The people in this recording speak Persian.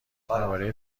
درباره